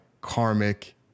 karmic